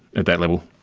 at that level.